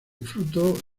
frutos